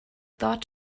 thought